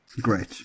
Great